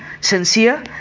sincere